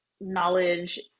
knowledge